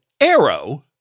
arrow